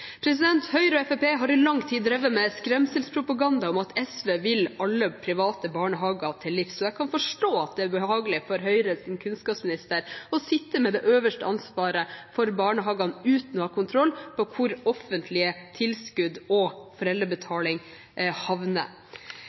Høyre og Fremskrittspartiet har i lang tid drevet med skremselspropaganda om at SV vil alle private barnehager til livs. Jeg kan forstå at det er ubehagelig for Høyres kunnskapsminister å sitte med det øverste ansvaret for barnehagene uten å ha kontroll på hvor offentlige tilskudd og foreldrebetaling havner.